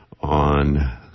on